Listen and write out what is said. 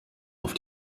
auf